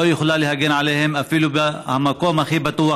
יכולה להגן עליהם אפילו במקום הכי בטוח,